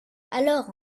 alors